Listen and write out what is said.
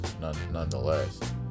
nonetheless